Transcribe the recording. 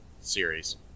series